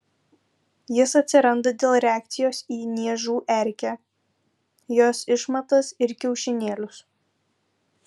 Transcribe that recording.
jis atsiranda dėl reakcijos į niežų erkę jos išmatas ir kiaušinėlius